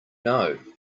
know